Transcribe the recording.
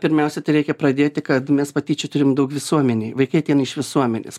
pirmiausia tai reikia pradėti kad mes patyčių turim daug visuomenėj vaikai ateina iš visuomenės